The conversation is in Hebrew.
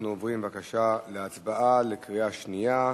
אנחנו עוברים, בבקשה, להצבעה בקריאה שנייה.